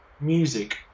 Music